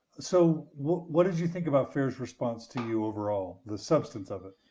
so what what did you think about fair's response to you overall, the substance of it?